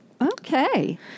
okay